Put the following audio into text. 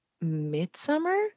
Midsummer